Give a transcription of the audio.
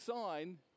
sign